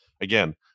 Again